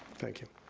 thank you.